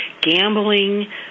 gambling